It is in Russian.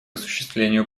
осуществлению